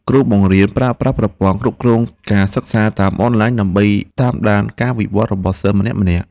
គ្រូបង្រៀនប្រើប្រាស់ប្រព័ន្ធគ្រប់គ្រងការសិក្សាតាមអនឡាញដើម្បីតាមដានការវិវត្តរបស់សិស្សម្នាក់ៗ។